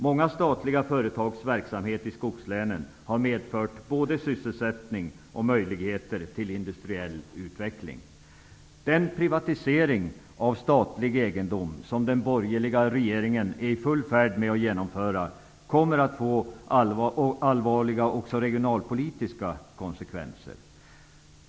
Många statliga företags verksamhet i skogslänen har medfört både sysselsättning och möjligheter till industriell utveckling. Den privatisering av statlig egendom som den borgerliga regeringen är i full färd med att genomföra kommer att få allvarliga regionalpolitiska konsekvenser.